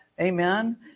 Amen